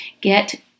get